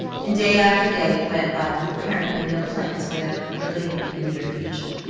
and day after day went by with apparently no plans whatever for leaving in the near future.